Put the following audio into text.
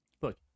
look